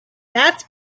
that’s